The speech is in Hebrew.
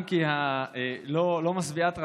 אם כי לא משביעת רצון.